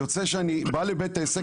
יוצא שאני בא לבית עסק,